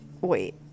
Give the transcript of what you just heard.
Wait